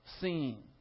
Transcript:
seen